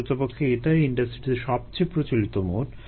প্রকৃতপক্ষে এটাই ইন্ডাস্ট্রিতে সবচেয়ে প্রচলিত মোড